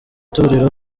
torero